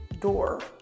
Door